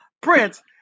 Prince